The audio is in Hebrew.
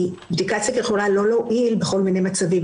בדיקת סקר יכולה לא להועיל בכל מיני מצבים,